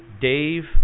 Dave